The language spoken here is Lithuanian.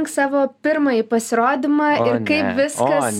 savo pirmąjį pasirodymą ir kaip viskas